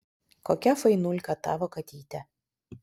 kokia fainulka tavo katytė